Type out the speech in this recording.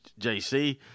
JC